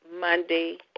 Monday